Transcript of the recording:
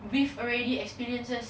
with already experiences